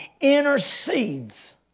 intercedes